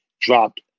dropped